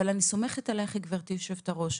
אבל אני סומכת עלייך, גברתי היושבת-ראש.